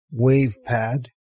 WavePad